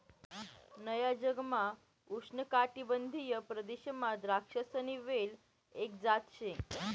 नया जगमा उष्णकाटिबंधीय प्रदेशमा द्राक्षसनी वेल एक जात शे